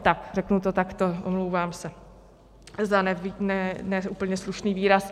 Tak, řeknu to takto, omlouvám se za nevlídný, ne úplně slušný výraz.